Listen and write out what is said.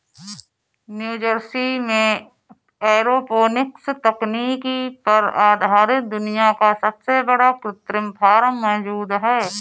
New Jersey में aeroponics तकनीक पर आधारित दुनिया का सबसे बड़ा कृत्रिम फार्म मौजूद है